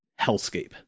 hellscape